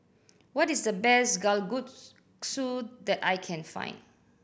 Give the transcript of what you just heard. waht is the best Kalguksu that I can find